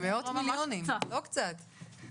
במאות מיליונים, לא קצת.